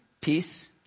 peace